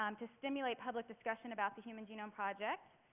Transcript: um to stimulate public discussion about the human genome project,